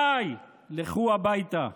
די, לכו הביתה.